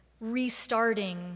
restarting